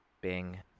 Bing